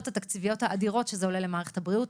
התקציביות האדירות שזה עולה למערכת הבריאות.